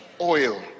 Oil